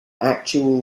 actual